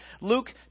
Luke